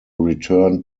return